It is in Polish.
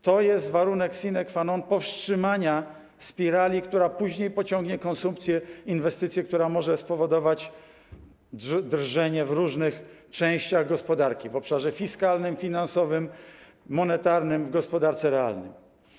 To jest warunek sine qua non powstrzymania spirali, która później pociągnie konsumpcję i inwestycje, która może spowodować drżenie w różnych częściach gospodarki - w obszarze fiskalnym, finansowym, monetarnym, w gospodarce realnej.